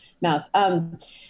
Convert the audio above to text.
mouth